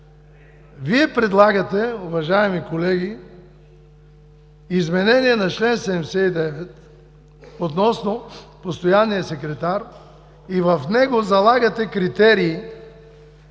Вие предлагате, уважаеми колеги, изменение на чл. 79 относно постоянния секретар и в него залагате критерий,